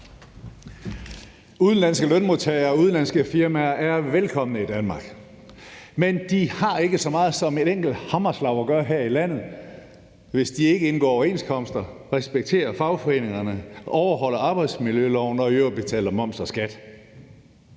udenlandske lønmodtagere er velkomne i Danmark. Men de har ikke så meget som et enkelt hammerslag at gøre her i landet, hvis de ikke indgår overenskomster, respekterer fagforeningerne, overholder arbejdsmiljøloven og i øvrigt betaler moms og skat.